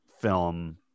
film